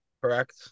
Correct